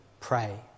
pray